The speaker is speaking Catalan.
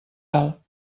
alt